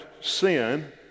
sin